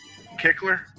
Kickler